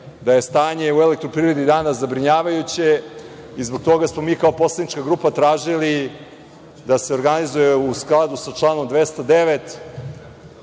da je stanje u Elektroprivredi Srbije danas zabrinjavajuće i zbog toga smo mi, kao poslanička grupa, tražili da se organizuje u skladu sa članom 209.